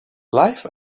life